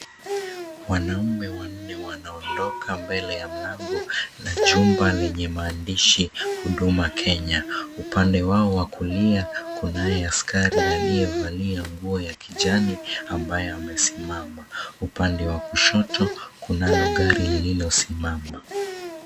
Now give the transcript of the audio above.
Wanaume wanne wanaondoka mbele ya mlango na jumba lenye maandishi "Huduma Kenya". Upande wao wa kulia kunaye askari aliyevalia nguo ya kijani ambaye amesimama. Upande wa kushoto kunalo gari lililosimama.